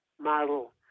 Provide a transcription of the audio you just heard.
model